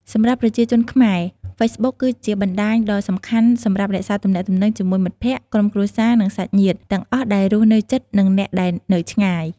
សម្រាប់ប្រជាជនខ្មែរ ហ្វេសប៊ុកគឺជាបណ្ដាញដ៏សំខាន់សម្រាប់រក្សាទំនាក់ទំនងជាមួយមិត្តភក្តិ ក្រុមគ្រួសារ និងសាច់ញាតិ ទាំងអ្នកដែលរស់នៅជិត និងអ្នកដែលនៅឆ្ងាយ។